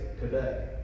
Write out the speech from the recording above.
today